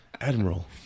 Admiral